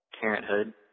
Parenthood